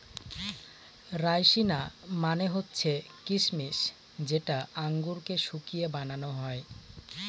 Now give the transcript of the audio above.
রাইসিনা মানে হচ্ছে কিসমিস যেটা আঙুরকে শুকিয়ে বানানো হয়